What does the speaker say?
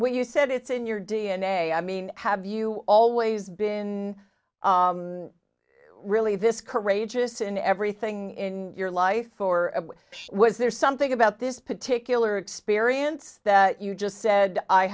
when you said it's in your d n a i mean have you always been really this courageous in everything in your life or was there something about this particular experience that you just said i